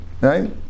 right